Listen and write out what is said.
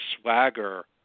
swagger